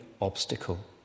obstacle